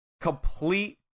complete